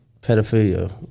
pedophilia